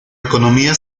economía